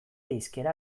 hizkera